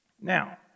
Now